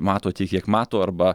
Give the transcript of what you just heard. mato tiek kiek mato arba